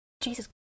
Jesus